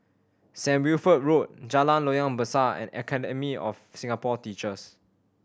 Saint Wilfred Road Jalan Loyang Besar and Academy of Singapore Teachers